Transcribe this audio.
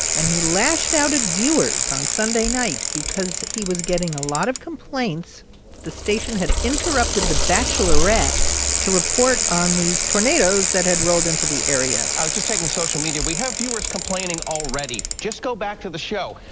and he lashed out at viewers on sunday night because he was getting a lot of complaints that the station had interrupted the bachelorette to report on these tornadoes that had rolled into the area i was just checking social media. we have viewers complaining already, just go back to the show.